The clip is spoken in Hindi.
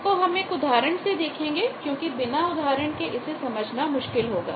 इसको हम एक उदाहरण से देखेंगे क्योंकि बिना उदाहरण के इसे समझना मुश्किल होगा